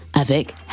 avec «